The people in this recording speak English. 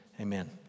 Amen